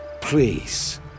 please